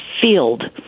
field